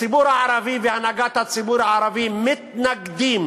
הציבור הערבי והנהגת הציבור הערבי מתנגדים